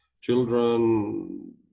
children